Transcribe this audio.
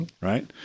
Right